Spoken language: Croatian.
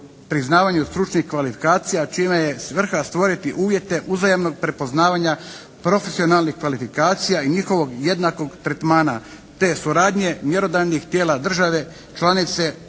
priznavanju stručnih kvalifikacija čime je svrha stvoriti uvjete uzajamnog prepoznavanja profesionalnih kvalifikacija i njihovog jednakog tretmana te suradnje mjerodavnih tijela države, članice